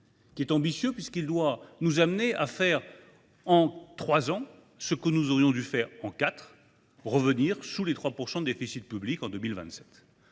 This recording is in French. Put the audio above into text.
qui est ambitieux puisqu’il doit nous amener à faire en trois ans ce que nous aurions dû faire en quatre : revenir sous les 3 % de déficit public en 2027.